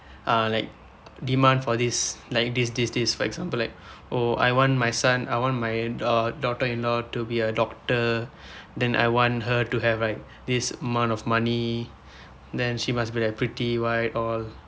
ah like demand for this like this this this for example like oh I want my son I want my uh daughter in law to be a doctor then I want her to have right this amount of money then she must be like pretty white all